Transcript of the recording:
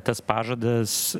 tas pažadas